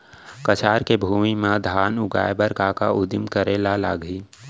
कछार के भूमि मा धान उगाए बर का का उदिम करे ला लागही?